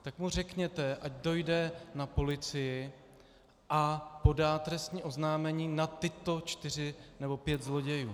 Tak mu řekněte, ať dojde na policii a podá trestní oznámení na tyto čtyři nebo pět zlodějů.